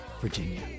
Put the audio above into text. Virginia